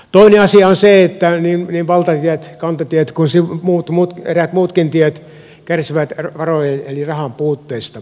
toinen asia on se että niin valtatiet kantatiet kuin eräät muutkin tiet kärsivät varojen eli rahan puutteesta